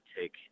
take